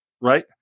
right